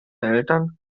eltern